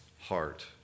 heart